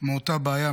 מאותה בעיה.